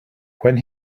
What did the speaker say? when